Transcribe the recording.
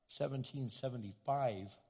1775